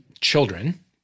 children